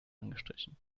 angestrichen